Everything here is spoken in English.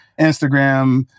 Instagram